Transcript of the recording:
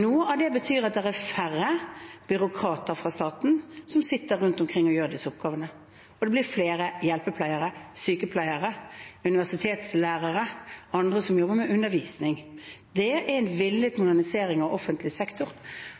Noe av det betyr at det er færre byråkrater fra staten som sitter rundt omkring og gjør disse oppgavene, og det blir flere hjelpepleiere, sykepleiere, universitetslærere og andre som jobber med undervisning. Det er en villet modernisering av offentlig sektor,